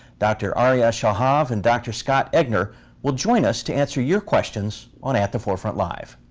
dr. arieh shalhav and dr. scott eggener will join us to answer your questions on at the forefront live.